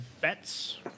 bets